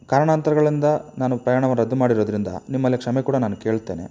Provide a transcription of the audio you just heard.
ಕಾರಣಾಂತ್ರಗಳಿಂದ ನಾನು ಪ್ರಯಾಣವನ್ನ ರದ್ದು ಮಾಡಿರೋದರಿಂದ ನಿಮ್ಮಲ್ಲಿ ಕ್ಷಮೆ ಕೂಡ ನಾನು ಕೇಳುತ್ತೇನೆ